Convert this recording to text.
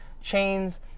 chains